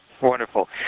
Wonderful